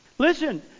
Listen